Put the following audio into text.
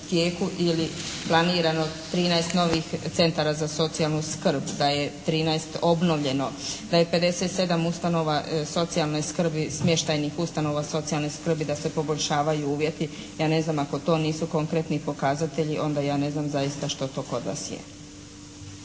ili planirano trinaest novih centara za socijalnu skrb, da je trinaest obnovljeno, da je 57 ustanova socijalne skrbi, smještajnih ustanova socijalne skrbi da se poboljšavaju uvjeti. Ja ne znam ako to nisu konkretni pokazatelji onda ja ne znam zaista što to kod vas je.